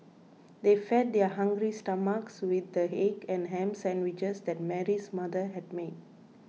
they fed their hungry stomachs with the egg and ham sandwiches that Mary's mother had made